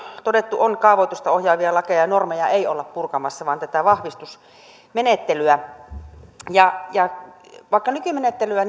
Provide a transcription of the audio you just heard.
todettu on kaavoitusta ohjaavia lakeja ja normeja ei olla purkamassa vaan tätä vahvistusmenettelyä vaikka nykymenettelyä